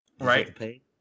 Right